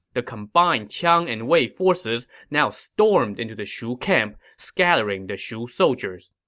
the combined qiang and wei forces now stormed into the shu camp, scattering the shu soldiers.